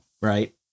right